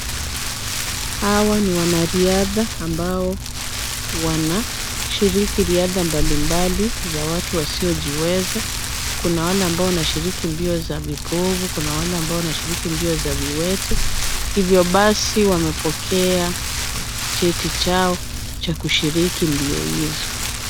Hawa ni wanariadha ambao wanashiriki riadha mbalimbali za watu wasiojiweza. Kuna wale ambao wanashiriki riadha ya vipofu, kuna wale ambao wanashiriki mbio za viwete hivyo basi wamepokea cheti chao cha kushiriki mbio hizo.